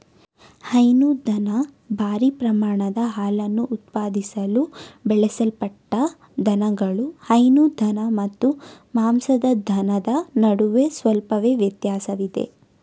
ಹೈನುದನ ಭಾರೀ ಪ್ರಮಾಣದ ಹಾಲನ್ನು ಉತ್ಪಾದಿಸಲು ಬೆಳೆಸಲ್ಪಟ್ಟ ದನಗಳು ಹೈನು ದನ ಮತ್ತು ಮಾಂಸದ ದನದ ನಡುವೆ ಸ್ವಲ್ಪವೇ ವ್ಯತ್ಯಾಸವಿದೆ